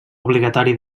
obligatori